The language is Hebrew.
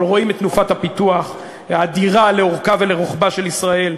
אבל רואים את תנופת הפיתוח האדירה לאורכה ולרוחבה של ישראל,